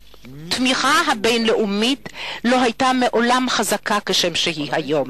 התמיכה הבין-לאומית לא היתה מעולם חזקה כשם שהיא היום.